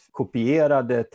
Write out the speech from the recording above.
kopierade